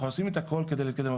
אנחנו עושים את הכל כדי להתקדם,